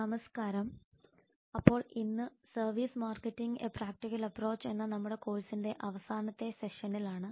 നമസ്കാരം അപ്പോൾ ഇന്ന് service marketing a practical approach എന്ന നമ്മുടെ കോഴ്സിന്റെ അവസാനത്തെ സെഷനിൽ ആണ്